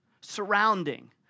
surrounding